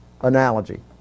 analogy